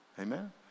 Amen